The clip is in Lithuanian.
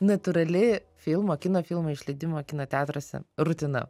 natūrali filmo kino filmo išleidimo kino teatruose rutina